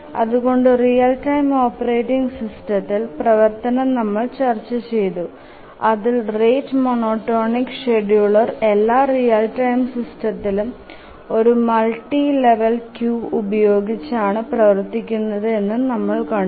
അതുകൊണ്ട് real time operating system പ്രവർത്തനം നമ്മൾ ചർച്ച ചെയ്തു അതിൽ റേറ്റ് മോനോടോണിക് ഷ്ഡ്യൂളർ എല്ലാ റിയൽ ടൈം സിസ്റ്റംത്തിലും ഒരു മൾട്ടി ലെവൽ ക്യൂ ഉപയോഗിച്ച് ആണ് പ്രവർത്തികുന്നത് എന്നും നമ്മൾ കണ്ടു